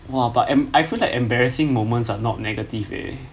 !wah! but I feel like embarrassing moment are not negative eh